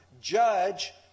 judge